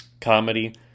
Comedy